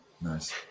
Nice